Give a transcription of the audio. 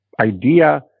idea